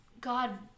God